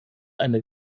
eine